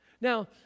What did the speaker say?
Now